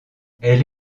elle